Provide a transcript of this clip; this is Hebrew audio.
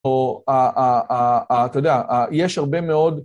או אתה יודע, יש הרבה מאוד...